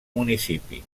municipi